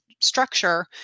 structure